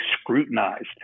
scrutinized